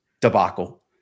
debacle